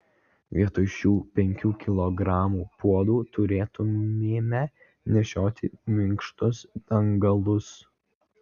vietoj šių penkių kilogramų puodų turėtumėme nešioti minkštus dangalus